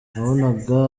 nabonaga